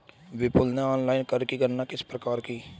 विपुल ने ऑनलाइन कर की गणना किस प्रकार की?